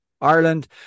Ireland